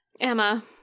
Emma